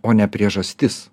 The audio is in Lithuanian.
o ne priežastis